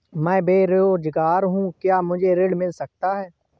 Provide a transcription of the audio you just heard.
मैं बेरोजगार हूँ क्या मुझे ऋण मिल सकता है?